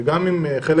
וגם אם חלק